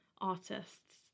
artists